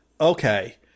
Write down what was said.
okay